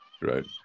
right